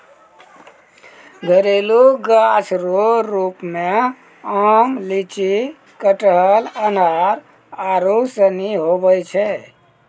घरेलू गाछ रो रुप मे आम, लीची, कटहल, अनार आरू सनी हुवै छै